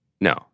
No